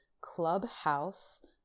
clubhouse